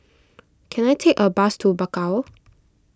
can I take a bus to Bakau